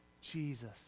Jesus